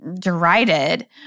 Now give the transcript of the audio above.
derided